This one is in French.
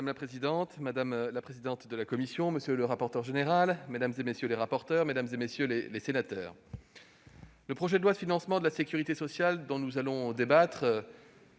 Madame la présidente, madame la présidente de la commission des affaires sociales, monsieur le rapporteur général, mesdames, messieurs les rapporteurs, mesdames, messieurs les sénateurs, le projet de loi de financement de la sécurité sociale (PLFSS) dont nous allons débattre